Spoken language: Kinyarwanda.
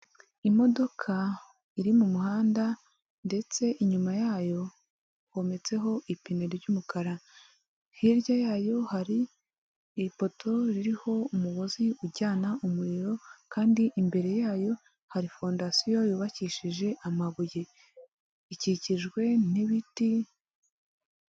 Imodoka iri mu muhanda ndetse inyuma yayo hometseho ipine ry'umukara, hirya yayo hari ipoto ririho umugozi ujyana umuriro kandi imbere yayo hari fondasiyo yubakishije amabuye ikikijwe n'ibiti.